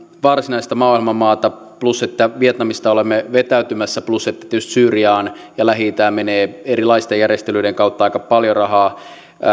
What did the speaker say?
varsinaista maaohjelmamaata plus että vietnamista olemme vetäytymässä plus että tietysti syyriaan ja lähi itään menee erilaisten järjestelyiden kautta aika paljon rahaa